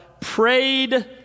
prayed